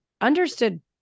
understood